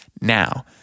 now